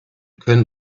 können